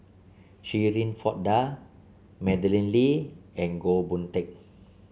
Shirin Fozdar Madeleine Lee and Goh Boon Teck